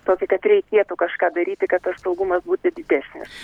tokį kad reikėtų kažką daryti kad tas saugumas būtų didesnis